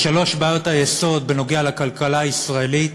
שלוש בעיות היסוד בנוגע לכלכלה הישראלית